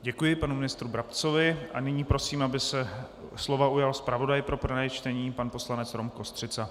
Děkuji panu ministru Brabcovi a nyní prosím, aby se slova ujal zpravodaj pro prvé čtení pan poslanec Rom Kostřica.